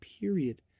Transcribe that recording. period